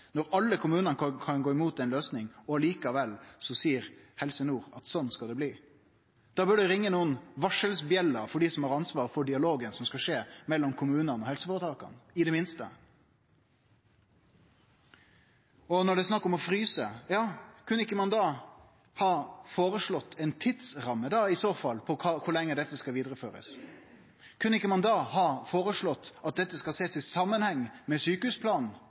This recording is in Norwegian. når alle kommunane kan gå mot ei løysing og Helse Nord likevel seier at sånn skal det bli – da burde det ringje nokre varselklokkar for dei som har ansvar for dialogen som skal skje mellom kommunane og helseføretaka, i det minste. Og når det er snakk om å fryse: Kunne ein ikkje da i så fall ha foreslått ei tidsramme for kor lenge dette skal førast vidare? Kunne ein ikkje da ha foreslått at ein skal sjå dette i samanheng med sjukehusplanen,